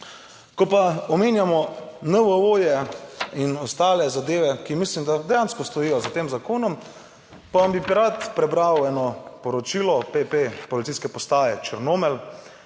Ko pa omenjamo NVO-je in ostale zadeve, ki mislim, da dejansko stojijo za tem zakonom, pa vam bi rad prebral eno poročilo PP, policijske postaje Črnomelj,